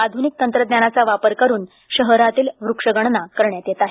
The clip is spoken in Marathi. आधूनिक तंत्रज्ञानाचा वापर करून शहरातील वृक्षगणना करण्यात येत आहे